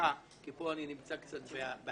כי פה אני בחוסר